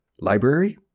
Library